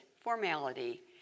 formality